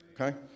Okay